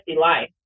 life